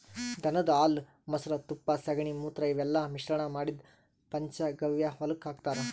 ದನದ್ ಹಾಲ್ ಮೊಸ್ರಾ ತುಪ್ಪ ಸಗಣಿ ಮೂತ್ರ ಇವೆಲ್ಲಾ ಮಿಶ್ರಣ್ ಮಾಡಿದ್ದ್ ಪಂಚಗವ್ಯ ಹೊಲಕ್ಕ್ ಹಾಕ್ತಾರ್